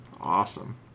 Awesome